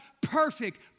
perfect